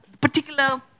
particular